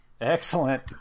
Excellent